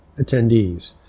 attendees